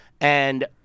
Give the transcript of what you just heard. and-